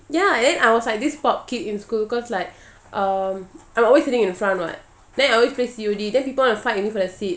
ya then I was like this pop kid in school cause like um I'm always sitting in the front [what] then I always play C_O_D then people want to fight with me for that seat